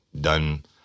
done